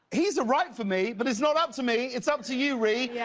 he's a right for me, but it's not up to me. it's up to you, ree. yeah